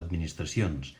administracions